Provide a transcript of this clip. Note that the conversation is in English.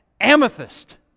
amethyst